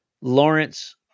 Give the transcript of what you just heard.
Lawrence